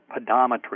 pedometry